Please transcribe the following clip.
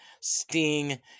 Sting